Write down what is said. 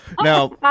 Now